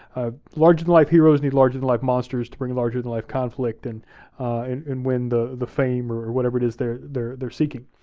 ah larger than life heroes need larger than life monsters to bring larger than life conflict and in and win the the fame or whatever it is they're they're seeking.